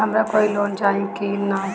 हमरा कोई लोन चाही त का करेम?